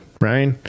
right